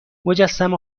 مجسمه